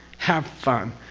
have fun.